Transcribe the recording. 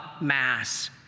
mass